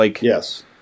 Yes